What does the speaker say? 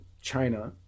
China